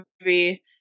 movie